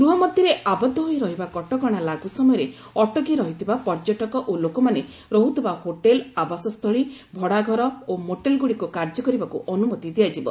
ଗୃହ ମଧ୍ୟରେ ଆବଦ୍ଧ ହୋଇ ରହିବା କଟକଣା ଲାଗୁ ସମୟରେ ଅଟକି ରହିଥିବା ପର୍ଯ୍ୟଟକ ଓ ଲୋକମାନେ ରହୁଥିବା ହୋଟେଲ୍ ଆବାସସ୍ଥଳୀ ଭଡ଼ାଘର ମୋଟେଲ୍ଗୁଡ଼ିକୁ କାର୍ଯ୍ୟ କରିବାକୁ ଅନୁମତି ଦିଆଯିବ